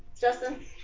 Justin